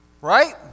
Right